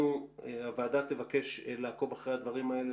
הוועדה תבקש לעקוב אחרי הדברים האלה,